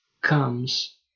comes